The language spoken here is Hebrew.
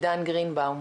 עידן גרינבאום,